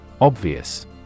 Obvious